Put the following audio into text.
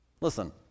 Listen